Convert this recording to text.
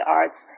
arts